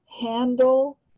handle